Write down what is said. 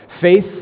faith